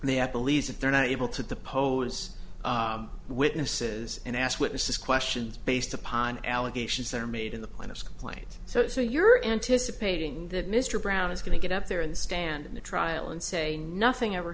have believe that they're not able to the polls witnesses and ask witnesses questions based upon allegations that are made in the planet's complaint so you're anticipating that mr brown is going to get up there and stand in the trial and say nothing ever